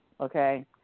Okay